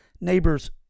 neighbors